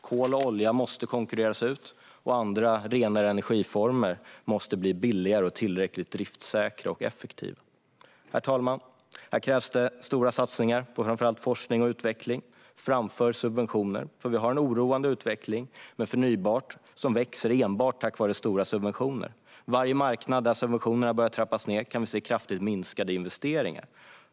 Kolet och oljan måste konkurreras ut, och andra, renare energiformer måste bli billigare och tillräckligt driftsäkra och effektiva. Herr talman! Här krävs stora satsningar på framför allt forskning och utveckling framför subventioner, för vi har en oroande utveckling med förnybart som växer enbart tack vare stora subventioner. På varje marknad där subventionerna börjar trappas ned kan vi se kraftigt minskade investeringar.